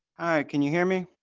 can you hear me?